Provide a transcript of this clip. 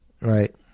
Right